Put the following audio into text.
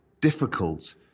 difficult